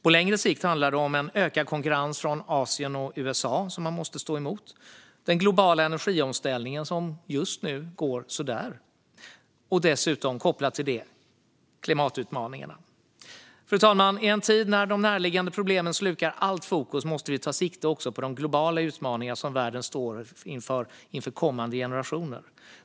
På längre sikt handlar det om en ökad konkurrens från Asien och USA som EU måste stå emot, den globala energiomställningen, som just nu går så där, och kopplat till det, klimatutmaningarna. Fru talman! I en tid när de närliggande problemen slukar allt fokus måste vi ta sikte på de globala utmaningar som världen står inför för kommande generationer.